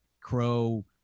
Crow